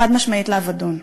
חד-משמעית, לאבדון.